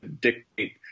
dictate